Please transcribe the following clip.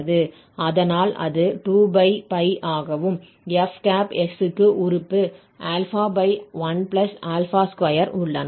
அதனால் அது 2 ஆகவும் fs க்கு உறுப்பு 12 உள்ளன